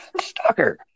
Stalker